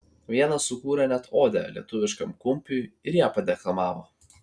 vienas sukūrė net odę lietuviškam kumpiui ir ją padeklamavo